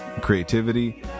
creativity